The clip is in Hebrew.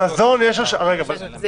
במזון למשל --- חברים,